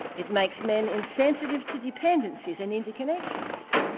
it makes men insensitive to dependences in interconnections,